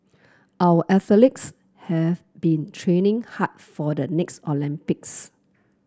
our have been training hard for the next Olympics